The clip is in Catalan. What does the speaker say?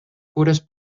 cures